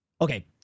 Okay